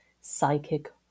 psychic